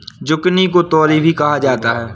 zucchini को तोरी भी कहा जाता है